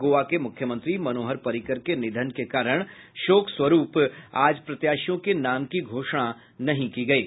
गोवा के मुख्यमंत्री मनोहर पर्रिकर के निधन के कारण शोक स्वरूप आज प्रत्याशियों के नाम की घोषणा नहीं की गयी